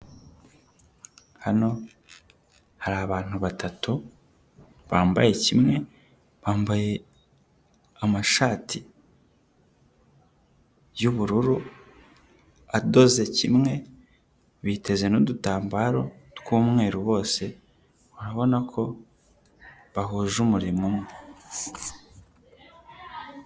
Hano hari abantu batatu bambaye kimwe bambaye amashati y'ubururu adoze kimwe biteze n'udutambaro tw'umweru, bose urabona ko bahuje umurimo umwe.